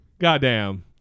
Goddamn